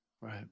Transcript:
Right